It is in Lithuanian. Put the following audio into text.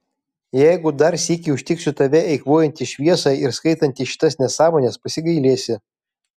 jeigu dar sykį užtiksiu tave eikvojantį šviesą ir skaitantį šitas nesąmones pasigailėsi